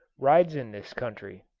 rides in this country.